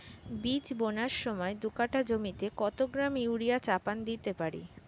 বীজ বোনার সময় দু কাঠা জমিতে কত গ্রাম ইউরিয়া চাপান দিতে পারি?